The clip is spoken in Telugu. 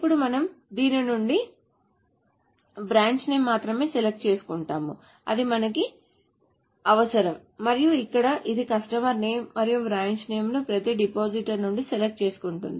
ఇప్పుడు మనము దీని నుండి బ్రాంచ్ నేమ్ ను మాత్రమే సెలెక్ట్ చేసుకుంటున్నాము అది మనకు అవసరం మరియు ఇక్కడ ఇది కస్టమర్ నేమ్ మరియు బ్రాంచ్ నేమ్ ను ప్రతి డిపాజిటర్ నుండి సెలెక్ట్ చేసుకుంటుంది